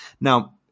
Now